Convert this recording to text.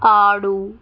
ఆడు